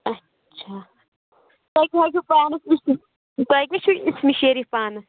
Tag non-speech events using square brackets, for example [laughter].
اَچھا تُہۍ کیٛاہ حظ چھُو پانَس [unintelligible] تۄہہِ کیٛاہ چھُو اِسمہِ شریٖف پانَس